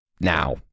now